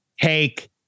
take